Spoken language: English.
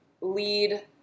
lead